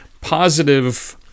positive